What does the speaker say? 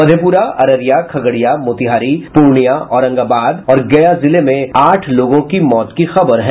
मधेपुरा अररिया खगड़िया मोतिहारी पूर्णिया औरंगाबाद और गया जिले में आठ लोगों की मौत की खबर है